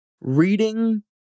reading